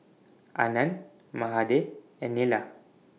Anand Mahade and Neila